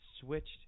switched